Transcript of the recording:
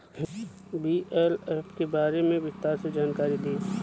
BLF के बारे में विस्तार से जानकारी दी?